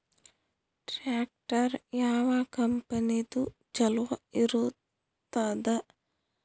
Tractor ಯಾವ ಕಂಪನಿದು ಚಲೋ ಇರತದ?